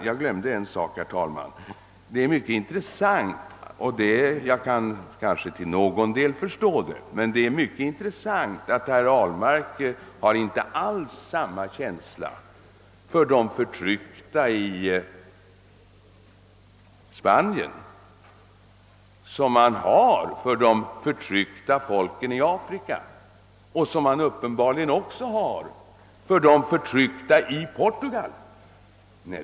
Jag glömde en sak, herr talman, jag kanske till någon del kan förstå herr Ahlmark, men det är mycket intressant att notera, att han inte alls har samma känsla för de förtryckta i Spanien som för de förtryckta folken i Afrika och som han uppenbarligen har för de förtryckta i Portugal.